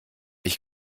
ich